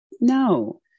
No